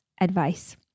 advice